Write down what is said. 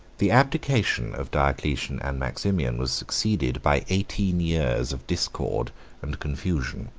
the abdication of diocletian and maximian was succeeded by eighteen years of discord and confusion.